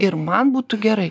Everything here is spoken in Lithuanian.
ir man būtų gerai